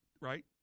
Right